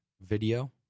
video